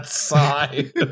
sigh